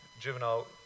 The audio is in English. juvenile